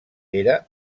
era